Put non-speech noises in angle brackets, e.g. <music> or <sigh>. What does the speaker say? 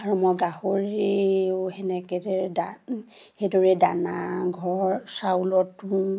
আৰু মই গাহৰিও সেনেকৈ সেইদৰে <unintelligible> দানা ঘৰ চাউলতো